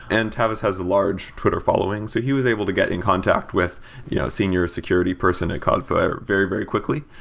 and tavis has a large twitter following, so he was able to get in contact with you know senior security person at cloudflare very, very quickly,